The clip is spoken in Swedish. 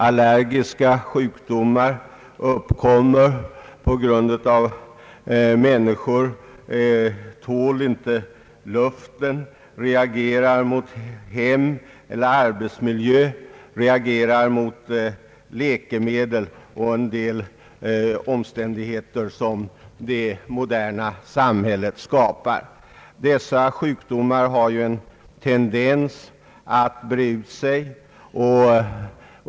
Allergiska sjukdomar uppkommer på grund av att människor inte tål luften, reagerar mot hemeller arbetsmiljö, mot läkemedel och mot en del förhållanden som det moderna samhället skapar. Dessa sjukdomar har en tendens att breda ut sig.